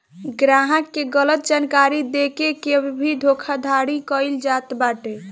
ग्राहक के गलत जानकारी देके के भी धोखाधड़ी कईल जात बाटे